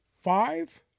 five